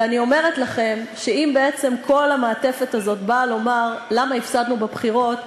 ואני אומרת לכם שאם כל המעטפת הזאת באה לומר למה הפסדנו בבחירות,